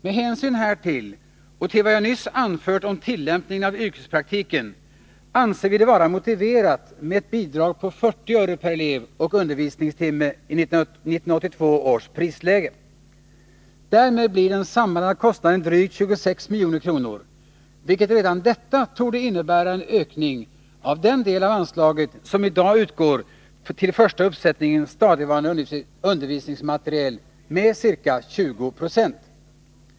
Med hänsyn härtill och till vad jag nyss anfört om tillämpningen av yrkespraktiken anser vi det vara motiverat med ett bidrag på 40 öre per elev och undervisningstimme i 1982 års prisläge. Därmed blir den sammanlagda kostnaden drygt 26 milj.kr., vilket redan detta torde innebära en ökning av den del av anslaget som i dag utgår till första uppsättningen stadigvarande undervisningsmateriel med ca 20 20.